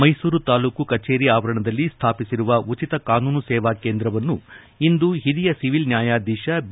ಮೈಸೂರು ತಾಲ್ಲೂಕು ಕಚೇರಿ ಆವರಣದಲ್ಲಿ ಸ್ಥಾಪಿಸಿರುವ ಉಚಿತ ಕಾನೂನು ಸೇವಾ ಕೇಂದ್ರವನ್ನು ಇಂದು ಹಿರಿಯ ಸಿವಿಲ್ ನ್ಯಾಯಾಧೀಶ ಬಿ